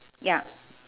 ya